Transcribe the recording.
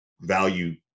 value